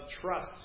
trust